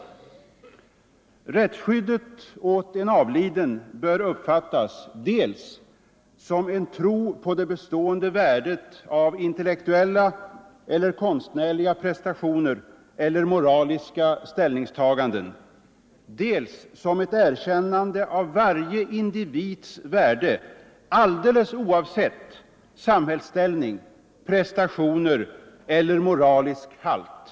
Nr 116 Rättsskyddet åt en avliden bör uppfattas dels som en tro på det be Torsdagen den stående värdet av intellektuella eller konstnärliga prestationer eller mo 7 november 1974 raliska ställningstaganden, dels som ett erkännande av varje enskilds — Värde alldeles oavsett samhällsställning, prestationer eller moralisk halt.